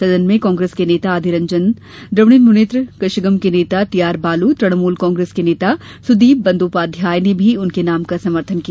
सदन में कांग्रेस के नेता अधीररंजन द्रविड मनेत्र कषगम के नेता टी आर बालू तृणमूल कांग्रेस के नेता सुदीप बंदोपाध्याय ने भी उनके नाम का समर्थन किया